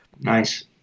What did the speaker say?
Nice